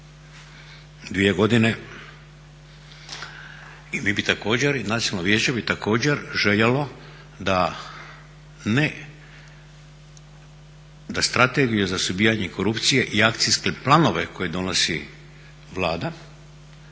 i nacionalno vijeće bi također željelo da ne da Strategiju za suzbijanje korupcije i akcijske planove koje donosi Vlada